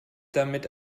damit